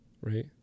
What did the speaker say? Right